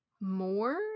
more